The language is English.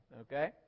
Okay